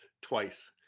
twice